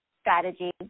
strategy